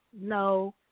no